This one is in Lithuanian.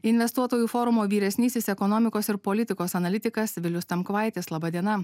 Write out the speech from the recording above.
investuotojų forumo vyresnysis ekonomikos ir politikos analitikas vilius tamkvaitis laba diena